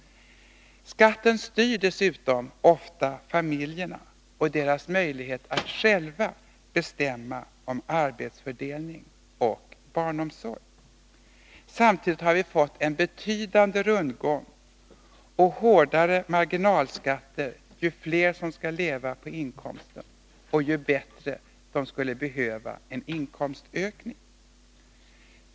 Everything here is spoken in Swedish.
Skatten styr dessutom ofta familjerna och deras möjlighet att själva bestämma om arbetsfördelning och barnomsorg. Samtidigt har vi fått en betydande rundgång och hårdare marginalskatter ju fler som skall leva på inkomsten och ju bättre de skulle behöva en inkomstökning.